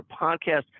Podcast